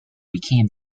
became